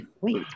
Wait